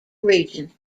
region